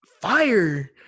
Fire